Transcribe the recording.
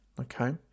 okay